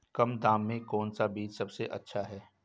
कम दाम में कौन सा बीज सबसे अच्छा है?